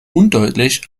undeutlich